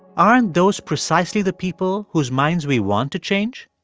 aren't those precisely the people whose minds we want to change?